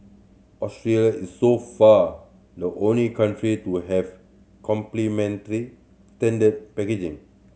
Australia is so far the only country to have packaging